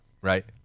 Right